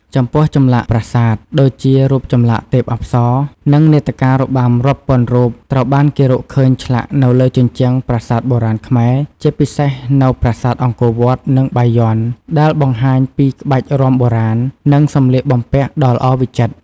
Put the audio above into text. ចំពោះ ចម្លាក់ប្រាសាទ ដូចជារូបចម្លាក់ទេពអប្សរ និងនាដការរបាំរាប់ពាន់រូបត្រូវបានគេរកឃើញឆ្លាក់នៅលើជញ្ជាំងប្រាសាទបុរាណខ្មែរ ជាពិសេសនៅប្រាសាទអង្គរវត្ត និងបាយ័ន ដែលបង្ហាញពីក្បាច់រាំបុរាណ និងសម្លៀកបំពាក់ដ៏ល្អវិចិត្រ។